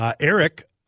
Eric